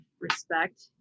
respect